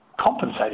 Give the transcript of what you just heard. compensated